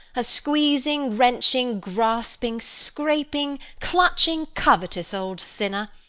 a squeezing, wrenching, grasping, scraping, clutching, covetous, old sinner!